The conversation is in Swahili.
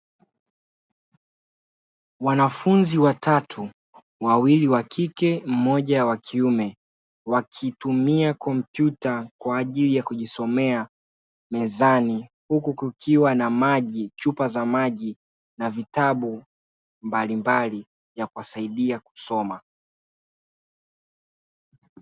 Wanafunzi watatu: wawili wakike, mmoja wa kiume wakitumia kompyuta kwa ajili ya kujisomea mezani, huku kukiwa na maji, chupa za maji na vitabu mbalimbali vya kuwasaidia kusoma.